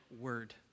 word